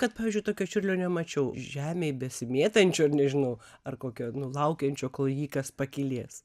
kad pavyzdžiui tokio čiurlio nemačiau žemėj besimėtančio ar nežinau ar kokio nu laukiančio kol jį kas pakylės